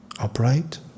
Upright